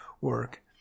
work